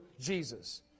Jesus